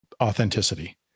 Authenticity